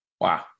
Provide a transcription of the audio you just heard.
Wow